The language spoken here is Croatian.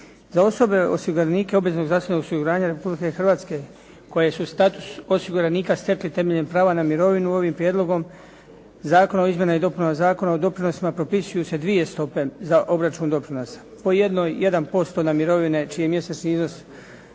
Za osobe osiguranika obaveznog zdravstvenog osiguranja Republike Hrvatske koje su u statusu osiguranika stekli temeljem prava na mirovini. Ovim prijedlogom Zakona o izmjenama i dopunama Zakona o doprinosima propisuju se dvije stope za obračun doprinosa. Po jednoj 1% na mirovine čiji mjesečni iznos